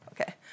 okay